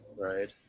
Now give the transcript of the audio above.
Right